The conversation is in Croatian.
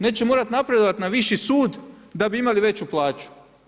Neće morati napredovati na viši sud da bi imali veću plaću.